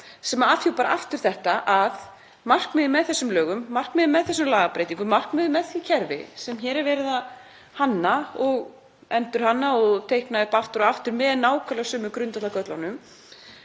sem afhjúpar aftur að markmiðið með þessum lögum, markmiðið með þessum lagabreytingum, markmiðið með því kerfi sem hér er verið að hanna og endurhanna og teikna upp aftur og aftur með nákvæmlega sömu grundvallargöllunum